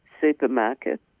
supermarket